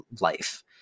life